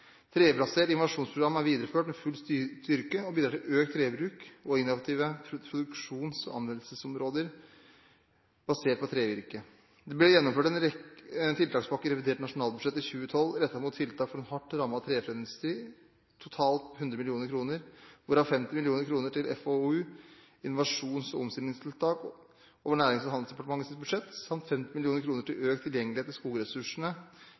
Trebasert innovasjonsprogram er videreført med full styrke og bidrar til økt trebruk og innovative produksjons- og anvendelsesmåter basert på trevirke. Det ble gjennomført en tiltakspakke i revidert nasjonalbudsjett i 2012 rettet mot tiltak for en hardt rammet treforedlingsindustri, totalt 100 mill. kr, hvorav 50 mill. kr til FoU, innovasjons- og omstillingstiltak over Nærings- og handelsdepartementets budsjett, samt 50 mill. kr til økt tilgjengelighet til skogressursene